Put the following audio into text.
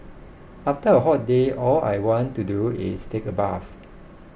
after a hot day all I want to do is take a bath